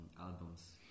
albums